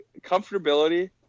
comfortability